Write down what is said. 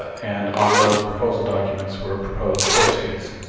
and on those proposal documents were proposed course fees.